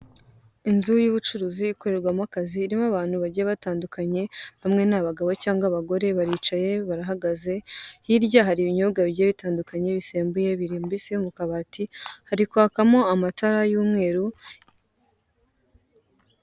Inzu y'ubucuruzi ikorerwamo akazi irimo abantu bagiye batandukanye, bamwe ni abagabo cyangwa abagore baricaye barahagaze, hirya hari ibinyobwa bisembuye birambitse mu kabati, hari kwakamo amatara y'umweru.